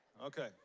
Okay